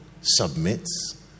submits